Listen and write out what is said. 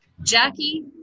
jackie